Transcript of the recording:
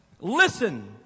Listen